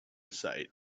sight